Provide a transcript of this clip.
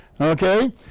okay